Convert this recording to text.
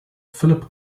philip